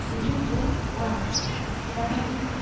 ᱤᱫᱤᱠᱚᱣᱟᱹᱧ ᱠᱟᱨᱚᱱ